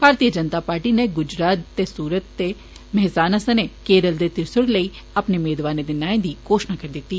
भारतीय जननता पार्टी नै गुजरात दे सुत ते मेहसाना सने केरल दे त्रिसुर लेई अपने मेदवारे दे नाए दी घोषणा कीती ही